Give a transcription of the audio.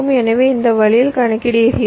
எனவே இந்த வழியில் கணக்கிடுகிறீர்கள்